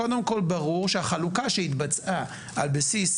קודם כל ברור שהחלוקה שהתבצעה על בסיס